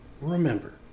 Remember